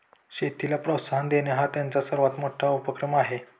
शेतीला प्रोत्साहन देणे हा त्यांचा सर्वात मोठा उपक्रम आहे